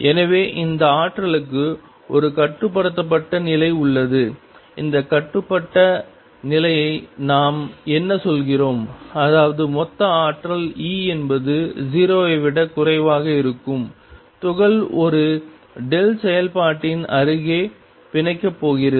எனவே இந்த ஆற்றலுக்கு ஒரு கட்டுப்படுத்தப்பட்ட நிலை உள்ளது அந்த கட்டுப்பட்ட நிலையை நாம் என்ன சொல்கிறோம் அதாவது மொத்த ஆற்றல் E என்பது 0 ஐ விட குறைவாக இருக்கும் துகள் ஒரு செயல்பாட்டின் அருகே பிணைக்கப் போகிறது